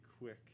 quick